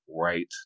right